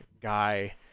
guy